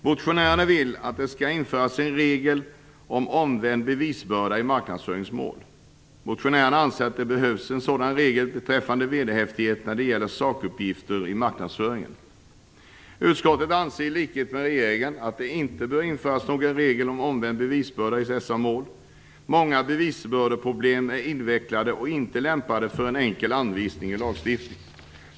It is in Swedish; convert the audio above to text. Motionärerna vill att det skall införas en regel om omvänd bevisbörda i marknadsföringsmål. Motionärerna anser att det behövs en sådan regel beträffande vederhäftighet när det gäller sakuppgifter i marknadsföringen. Utskottet anser i likhet med regeringen att det inte bör införas någon regel om omvänd bevisbörda i dessa mål. Många bevisbördeproblem är invecklade och inte lämpade för en enkel anvisning i lagstiftningen.